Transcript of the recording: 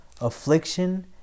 affliction